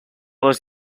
les